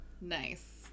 nice